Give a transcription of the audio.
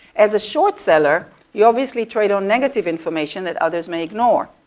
as a short seller, you obviously trade on negative information that others may ignore.